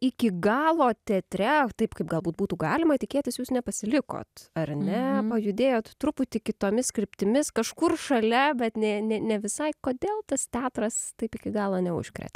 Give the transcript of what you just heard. iki galo teatre taip kaip galbūt būtų galima tikėtis jūs nepasilikot ar ne o judėjot truputį kitomis kryptimis kažkur šalia bet ne ne ne visai kodėl tas teatras taip iki galo neužkrėtė